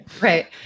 Right